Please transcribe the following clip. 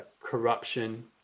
corruption